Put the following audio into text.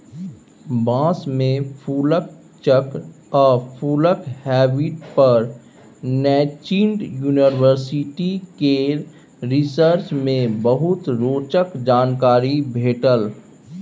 बाँस मे फुलक चक्र आ फुलक हैबिट पर नैजिंड युनिवर्सिटी केर रिसर्च मे बहुते रोचक जानकारी भेटल